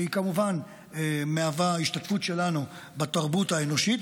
שכמובן מהווה השתתפות שלנו בתרבות האנושית,